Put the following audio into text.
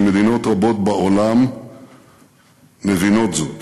שמדינות רבות בעולם מבינות זאת.